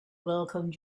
welcome